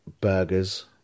burgers